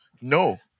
No